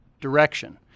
direction